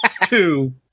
Two